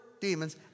demons